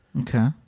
Okay